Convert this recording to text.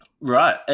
right